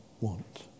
want